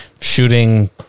shooting